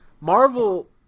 Marvel